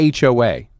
HOA